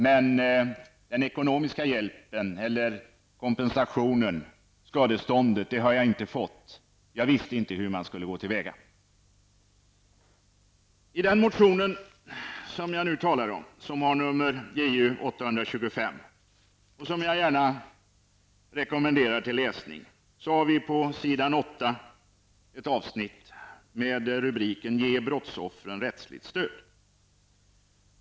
Men den ekonomiska kompensationen har jag inte fått. Jag visste inte hur jag skulle gå till väga. I den motion jag nu talar om, Ju825, som jag rekommenderar till läsning, finns på s. 8 ett avsnitt med rubriken Ge brottsoffren rättsligt stöd.